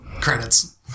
credits